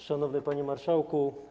Szanowny Panie Marszałku!